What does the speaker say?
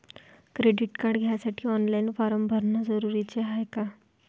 Credit card घ्यासाठी online form भरन जरुरीच हाय का?